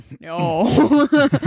No